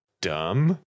dumb